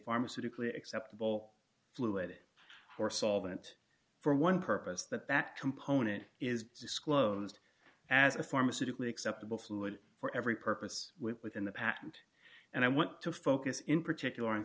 pharmaceutical or acceptable fluid or solvent for one purpose that that component is disclosed as a pharmaceutical acceptable fluid for every purpose within the patent and i want to focus in particular on